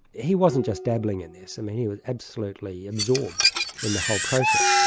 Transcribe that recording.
he wasn't just dabbling in this, i mean he was absolutely absorbed in the whole process.